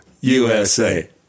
USA